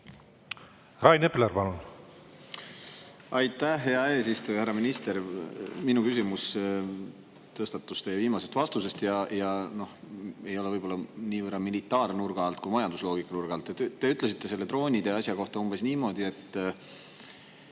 Rain Epler, palun! Aitäh, hea eesistuja! Härra minister! Minu küsimus tõstatus teie viimasest vastusest ja ei ole võib-olla niivõrd militaarnurga alt, kuivõrd majandusloogika nurga alt. Te ütlesite selle droonide asja kohta umbes niimoodi, et